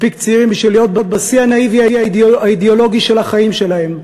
מספיק צעירים בשביל להיות בשיא הנאיבי האידיאולוגי של החיים שלהם,